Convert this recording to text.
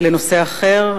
לנושא אחר.